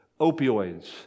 opioids